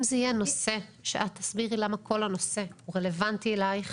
אם זה יהיה נושא שאת תסבירי למה כל הנושא הוא רלוונטי אלייך,